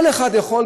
כל אחד יכול,